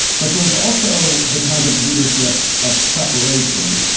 but there is also the kind of leadership of preparation.